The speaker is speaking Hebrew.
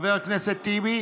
חבר הכנסת טיבי